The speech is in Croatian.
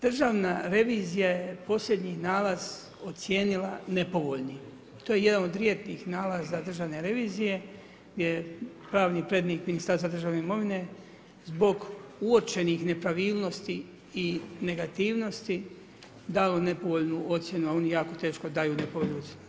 Državna revizija je posljednji nalaz ocijenila nepovoljnim, to je jedan od rijetkih nalaza Državne revizije gdje pravni prednik Ministarstva državne imovine zbog uočenih nepravilnosti i negativnosti dao nepovoljnu ocjenu a oni jako teško daju nepovoljnu ocjenu.